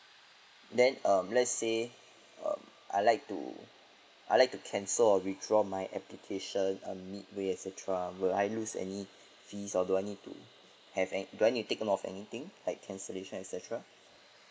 then um let's say uh I like to I like to cancel or withdraw my application mid way et cetera will I lose any fees or do I need to have do I need to take note of anything like cancellation et cetera